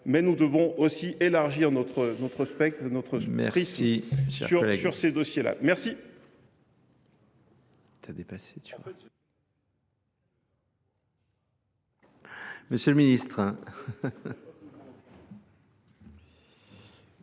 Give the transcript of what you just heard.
mais nous devons aussi élargir notre spectre, notre esprit sur ces dossiers-là. Merci.